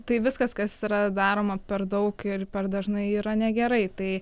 tai viskas kas yra daroma per daug ir per dažnai yra negerai tai